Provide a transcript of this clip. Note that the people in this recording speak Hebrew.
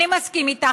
אני מסכים איתך,